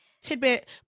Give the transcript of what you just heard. tidbit